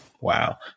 Wow